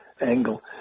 angle